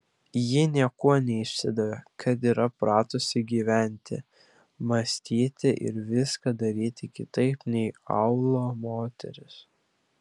ji niekuo neišsidavė kad yra pratusi gyventi mąstyti ir viską daryti kitaip nei aūlo moterys